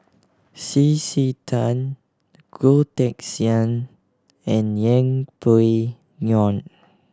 C C Tan Goh Teck Sian and Yeng Pway Ngon